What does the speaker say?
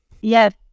Yes